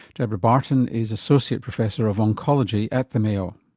debra barton is associate professor of oncology at the mayo.